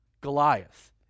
Goliath